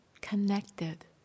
connected